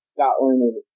Scotland